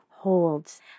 Holds